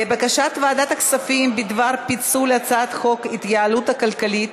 בקשת ועדת הכספים בדבר פיצול הצעת חוק ההתייעלות הכלכלית